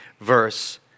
verse